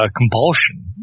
compulsion